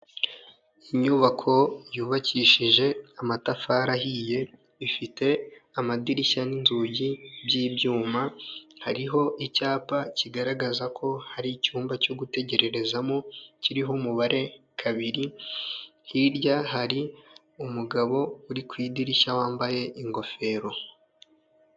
Inyubako yubakishije amatafari ahiye, ifite amadirishya n'inzugi by'ibyuma, hariho icyapa kigaragaza ko hari icyumba cyo gutegerererezamo, kiriho umubare kabiri, hirya hari umugabo uri ku idirishya wambaye ingofero.